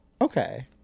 Okay